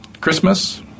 Christmas